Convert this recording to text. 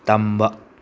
ꯇꯝꯕ